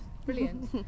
brilliant